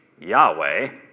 Yahweh